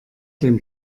den